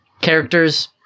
Characters